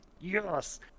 yes